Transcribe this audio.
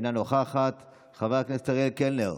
אינה נוכחת, חבר הכנסת אריאל קלנר,